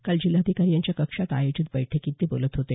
काल जिल्हाधिकारी यांच्या कक्षात आयोजित बैठकीत ते बोलत होते